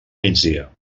migdia